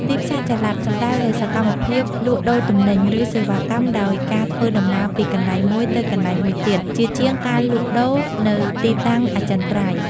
ទីផ្សារចល័ត សំដៅលើសកម្មភាពលក់ដូរទំនិញ ឬសេវាកម្មដោយការធ្វើដំណើរពីកន្លែងមួយទៅកន្លែងមួយទៀត ជាជាងការលក់ដូរនៅទីតាំងអចិន្ត្រៃយ៍។